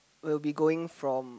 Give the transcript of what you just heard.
will be going from